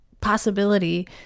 possibility